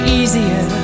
easier